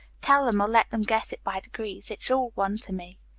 tell them or let them guess it by degrees, it's all one to me.